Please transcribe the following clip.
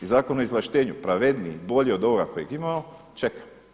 I Zakon o izvlaštenju pravedniji, bolji od ovoga kojeg imamo čeka.